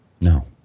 no